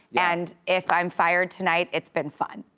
and if i'm fired tonight, it's been fun.